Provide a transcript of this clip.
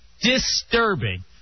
Disturbing